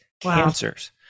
cancers